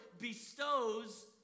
bestows